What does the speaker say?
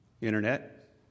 Internet